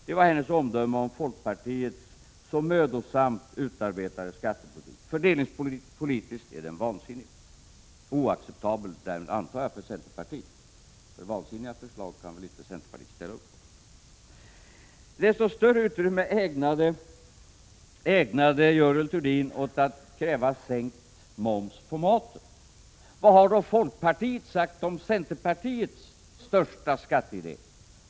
Det var hennes omdöme om folkpartiets så mödosamt utarbetade skattepolitik; fördelningspolitiskt är den vansinnig och därmed, antar jag, oacceptabel för centerpartiet, för vansinniga förslag kan väl centerpartiet inte ställa sig bakom. Desto större utrymme ägnade Görel Thurdin åt att kräva sänkt moms på maten. Vad har då folkpartiet sagt om centerpartiets största skatteidé?